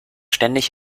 ständig